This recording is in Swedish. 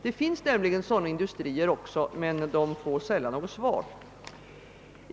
Det finns nämligen också sådana industrier, men de får sällan något svar på sina frågor.